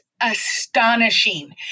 astonishing